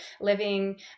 living